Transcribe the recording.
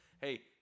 hey